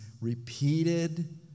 repeated